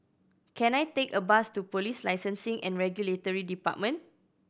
can I take a bus to Police Licensing and Regulatory Department